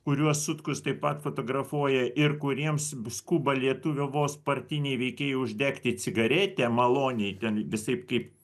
kuriuos sutkus taip pat fotografuoja ir kuriems skuba lietuvių vos partiniai veikėjai uždegti cigaretę maloniai ten visaip kaip